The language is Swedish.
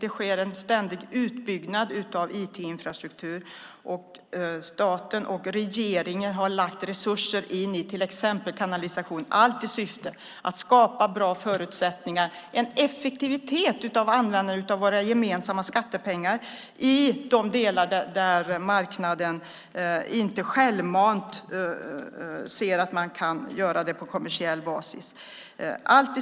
Det sker en ständig utbyggnad av IT-infrastruktur, och staten och regeringen har lagt resurser in i till exempel kanalisation, allt i syfte att skapa bra förutsättningar och en effektivitet i användandet av våra gemensamma skattepengar i de delar där marknaden inte självmant ser att man kan göra det på kommersiell basis.